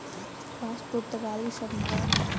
बांस पुर्तगाली शब्द हौ